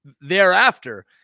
thereafter